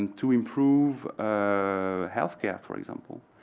and to improve ah healthcare, for example?